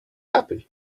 happy